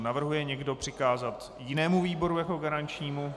Navrhuje někdo přikázat jinému výboru jako garančnímu?